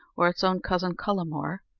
or its own cousin, cullamore,